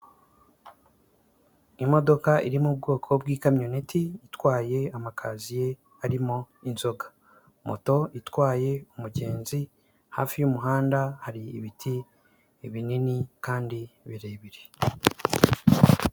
Imodoka iri mu bwoko bw'ikamyoneti itwaye amakaziye arimo inzoga, moto itwaye umugenzi, hafi y'umuhanda hari ibiti binini kandi birebire.